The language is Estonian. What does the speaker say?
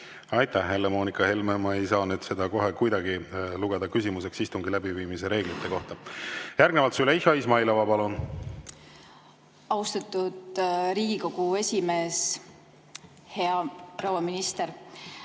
Aitäh, Helle‑Moonika Helme! Ma ei saa seda kohe kuidagi lugeda küsimuseks istungi läbiviimise reeglite kohta. Järgnevalt Züleyxa Izmailova, palun! Austatud Riigikogu esimees! Hea proua minister!